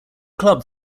club